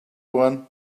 one